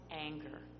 anger